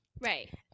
Right